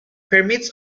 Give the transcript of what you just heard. permits